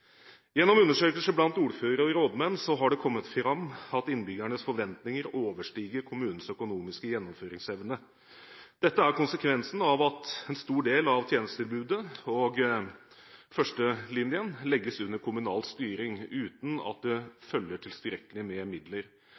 Gjennom undersøkelser blant ordførere og rådmenn har det kommet fram at innbyggernes forventninger overstiger kommunens økonomiske gjennomføringsevne. Dette er konsekvensen av at en stor del av tjenestetilbudet og førstelinjen legges under kommunal styring, uten at det følger tilstrekkelig med midler.